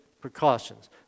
precautions